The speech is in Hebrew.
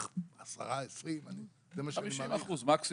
עשרה, 20. 50% מה-30 מקסימום.